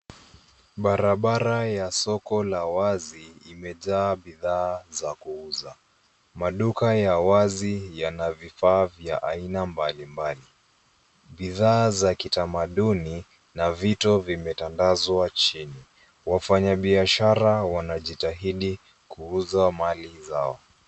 Barabara ya soko la wazi imejaa bidhaa za kuuza. Maduka ya wazi yana vifaa vya aina mbalimbali. Bidhaa za kitamaduni na vito vimetandazwa chini. Wafanyabiashara wanajitahidi kuuza mali zao.